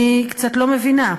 אני קצת לא מבינה.